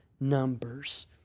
numbers